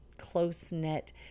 close-knit